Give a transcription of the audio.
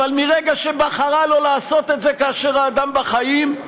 אבל מרגע שבחרה שלא לעשות את זה כאשר האדם בחיים,